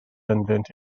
ynddynt